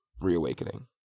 Reawakening